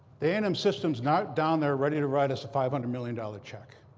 the a and m system is not down there ready to write us a five hundred million dollars check.